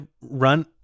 run